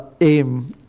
aim